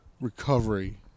recovery